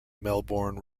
melbourne